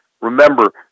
Remember